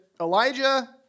Elijah